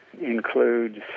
includes